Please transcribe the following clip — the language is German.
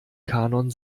kanon